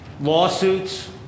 lawsuits